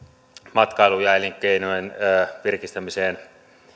matkailun ja elinkeinojen virkistämiseen